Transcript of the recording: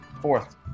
Fourth